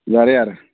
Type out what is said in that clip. ꯌꯥꯔꯦ ꯌꯥꯔꯦ